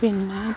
പിന്നെ